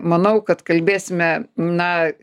manau kad kalbėsime na